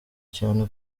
cyane